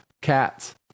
cats